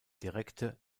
direkte